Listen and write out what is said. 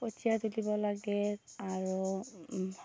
কঠিয়া তুলিব লাগে আৰু